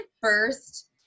first